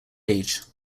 age